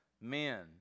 men